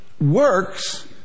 works